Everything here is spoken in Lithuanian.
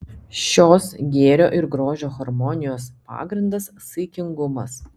šios gėrio ir grožio harmonijos pagrindas saikingumas